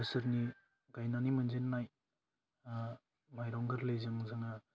बोसोरनि गायनानै मोनजेन्नाय माइरं गोरलैजों जोङो